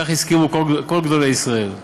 כך הסכימו כל גדולי ישראל.